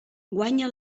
guanya